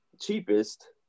cheapest